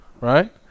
right